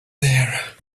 there